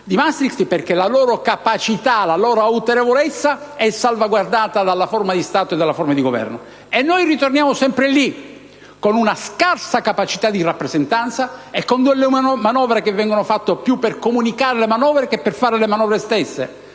di Maastricht perché la loro capacità e la loro autorevolezza sono salvaguardate dalla forma di Stato e della forma di governo. E ritorniamo sempre lì, ad una scarsa capacità di rappresentanza e a delle manovre che vengono varate più per essere comunicate che per la loro azione.